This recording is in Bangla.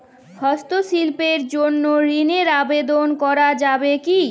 হস্তশিল্পের জন্য ঋনের আবেদন করা যাবে কি?